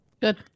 good